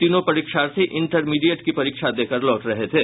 तीनों परीक्षार्थी इंटरमीडिएट की परीक्षा देकर लौट रहे थे